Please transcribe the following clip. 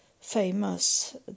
famous